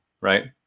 right